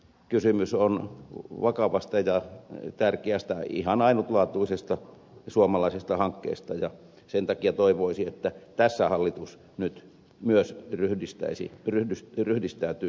kysymys on vakavasta ja tärkeästä ihan ainutlaatuisesta suomalaisesta hankkeesta ja sen takia toivoisi että tässä hallitus nyt myös ryhdistäytyisi nopeasti